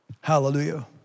Hallelujah